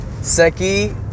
Seki